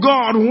God